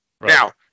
Now